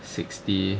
sixty